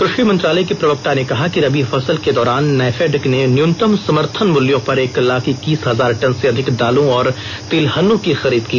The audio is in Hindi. कृषि मंत्रालय के प्रवक्ता ने कहा कि रबी फसल के दौरान नैफेड ने न्युनतम समर्थन मुल्यों पर एक लाख इक्कीस हजार टन से अधिक दालों और तिलहनों की खरीद की